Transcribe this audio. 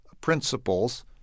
principles